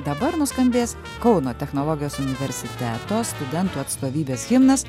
dabar nuskambės kauno technologijos universiteto studentų atstovybės himnas